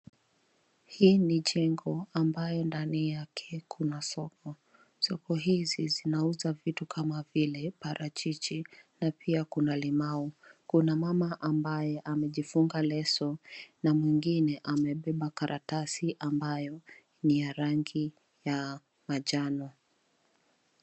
Hii ni jengo ambayo ndani yake kuna soko. Soko hizi zinauza vitu kama vile parachichi na pia kuna limau. Kuna mama ambaye amejifunga leso na mwingine amebeba karatasi ambayo ni ya rangi ya manjano.